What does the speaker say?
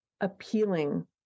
appealing